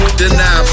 deny